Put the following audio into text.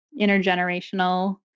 intergenerational